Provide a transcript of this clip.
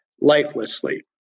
lifelessly